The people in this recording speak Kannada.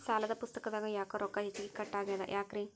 ಸಾಲದ ಪುಸ್ತಕದಾಗ ಯಾಕೊ ರೊಕ್ಕ ಹೆಚ್ಚಿಗಿ ಕಟ್ ಆಗೆದ ಯಾಕ್ರಿ?